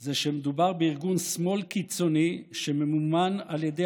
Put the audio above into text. זה שמדובר בארגון שמאל קיצוני שממומן על ידי